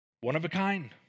one-of-a-kind